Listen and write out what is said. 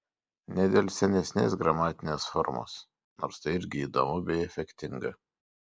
ne dėl senesnės gramatinės formos nors tai irgi įdomu bei efektinga